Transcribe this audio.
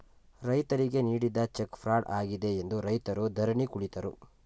ರೈತರಿಗೆ ನೀಡಿದ cheque fraud ಆಗಿದೆ ಎಂದು ರೈತರು ಧರಣಿ ಕುಳಿತರು